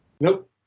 Nope